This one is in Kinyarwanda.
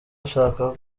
ashaka